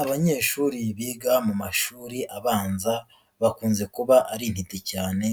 Abanyeshuri biga mu mashuri abanza, bakunze kuba ari intiti cyane